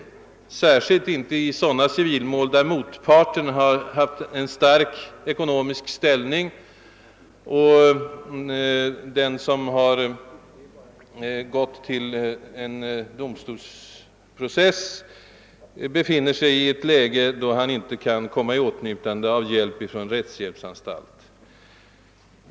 Detta gäller särskilt i sådana civilmål där en eventuell motpart har en stark ekonomisk ställning, och den som gått till domstolsprocess befinner sig i ett sådant ekonomiskt läge, att han — trots att han inte är välbeställd — inte kan komma i åtnjutande av hjälp från rättshjälpsanstalt och därför drar sig för eller inte kan ta en process.